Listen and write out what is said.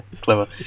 Clever